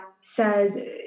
says